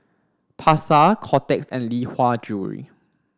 Pasar Kotex and Lee Hwa Jewellery